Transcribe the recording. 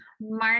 Mark